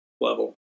level